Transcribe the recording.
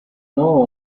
know